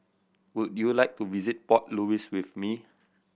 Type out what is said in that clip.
would you like to visit Port Louis with me